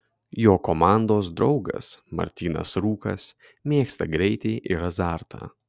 jo komandos draugas martynas rūkas mėgsta greitį ir azartą